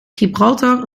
gibraltar